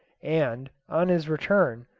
and, on his return,